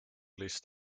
list